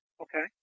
Okay